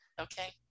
okay